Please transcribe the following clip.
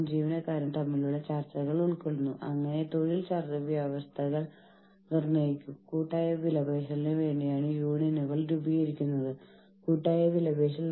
വീണ്ടും നമ്മൾക്ക് industrial employment standing orders ആക്ടും നിയമങ്ങളും ഉണ്ട്